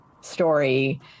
story